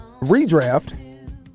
Redraft